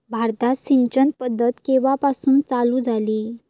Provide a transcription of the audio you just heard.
भारतात सिंचन पद्धत केवापासून चालू झाली?